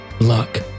luck